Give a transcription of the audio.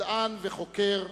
מדען וחוקר,